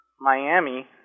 Miami